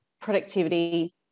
productivity